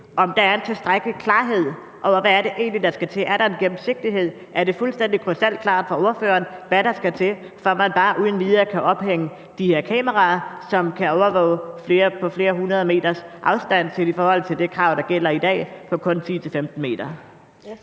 at der er en tilstrækkelig klarhed over, hvad der egentlig skal til. Er der en gennemsigtighed? Er det fuldstændig krystalklart for ordføreren, hvad der skal til, for at man bare uden videre kan ophænge de her kameraer, som i forhold til de krav, der gælder i dag, kan overvåge